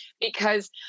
because-